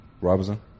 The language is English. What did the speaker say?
Robinson